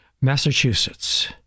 Massachusetts